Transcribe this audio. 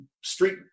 street